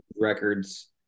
records